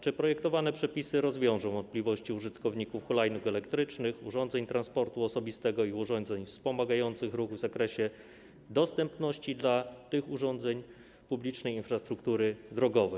Czy projektowane przepisy rozwieją wątpliwości użytkowników hulajnóg elektrycznych, urządzeń transportu osobistego i urządzeń wspomagających ruch w zakresie dostępności tych urządzeń publicznej infrastruktury drogowej?